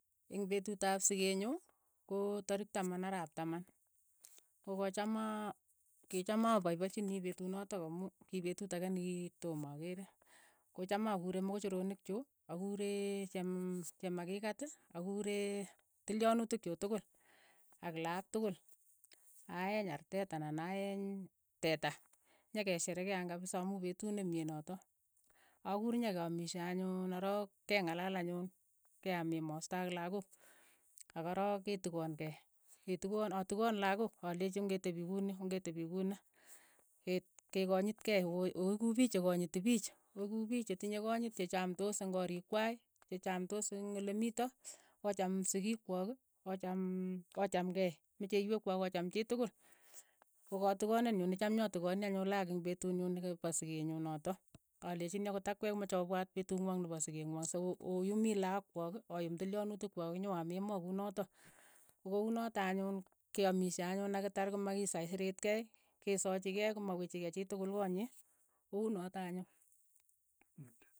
Ing petut ap siket nyu, ko tarik taman arap taman, ko kocham aa kichaam apaipachini petunotok amu kii petut ake nikitoma akere. ko cham akure mokochoronik chuuk. akure chemmakikat, akure tilyonutik chuuk tukul, ak lakook tukul, aeny artet anan aeny teta, nyekesherekean kapisa amu petut ne mie notok, akuur nyekeamishe anyun nerook ke ngalal anyun, keaam emoosto ak lakok, ak korook kitikoon kei. ketikon atikoon lakok, alechi ongetepii kuni ongetepi kuni, ke- kekanyitkei, o- oeku piik che konyiti piich, oeku piich che tinye konyit che chomtoos eng' koriik kway, che chomtos eng' olemito, ochaam sikiik kwook, ochaam ochaam kei, mecheywek kwok ocham chii tukul, ko katikanet nyu ne cham nyotikoni anyun lakok eng' petut nyu ni kapasiket nyu notok. alechi akot akwek komache oopwat petut ng'wong nepo siket ng'wong sokooyumi lakok kwok, oyuum tilyonutik kwok, nyo aam emoo kunotok, ko kounotok anyun keamishei anyun nekitar komakisaisareet kei. kesochi kei komawechi kei chitukul koo nyii, ko unotok anyun.